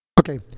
Okay